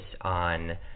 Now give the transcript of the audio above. on